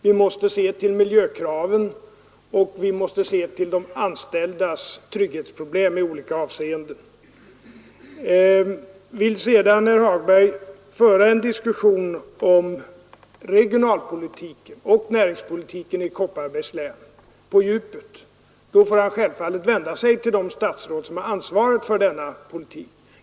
Vi måste se till miljökraven och till de anställdas trygghet i olika avseenden. Vill sedan herr Hagberg föra en diskussion om regionalpolitiken och näringspolitiken i Kopparbergs län på djupet får han självfallet vända sig till de statsråd som har ansvaret för denna politik.